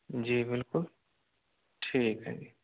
जी बिल्कुल ठीक है जी